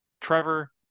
trevor